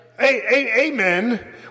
Amen